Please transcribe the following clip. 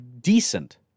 decent